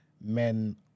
men